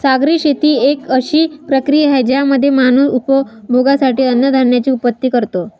सागरी शेती एक अशी प्रक्रिया आहे ज्यामध्ये माणूस उपभोगासाठी अन्नधान्याची उत्पत्ति करतो